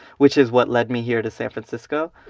which is what led me here to san francisco.